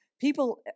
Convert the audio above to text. people